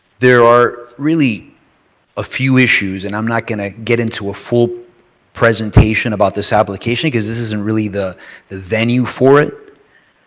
there are really a few issues, and i'm not going to get into a full presentation about this application, because this isn't really the the venue for it.